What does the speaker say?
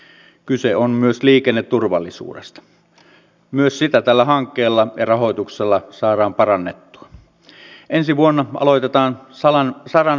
vihreiden ryhmänjohtaja outi alanko kahiluoto sanoi että opposition mitta on täysi koska hallitus on antanut puutteellista valheellista tietoa pitkin syksyä